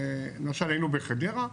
למשל, היינו בחדרה.